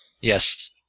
Yes